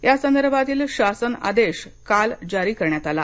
यासंदर्भातील शासन आदेश काल जारी करण्यात आला